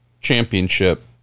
championship